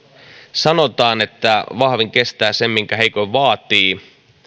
sanotaan että vahvin kestää sen minkä heikoin vaatii